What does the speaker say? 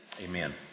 Amen